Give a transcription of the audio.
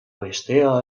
bestea